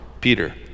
Peter